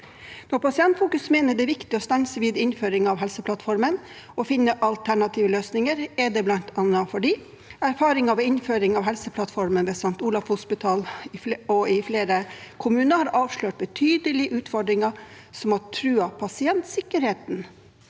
Når Pasientfokus mener det er viktig å stenge videre innføring av Helseplattformen og finne alternative løsninger, er det bl.a. fordi erfaringen med innføring av Helseplattformen ved St. Olavs hospital og i flere kommuner har avslørt betydelige utfordringer som har truet pasientsikkerheten.